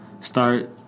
start